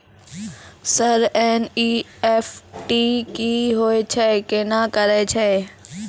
Sir NEFT की होय छै, केना करे छै?